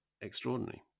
extraordinary